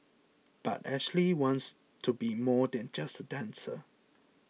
but Ashley wants to be more than just a dancer